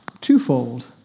twofold